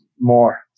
more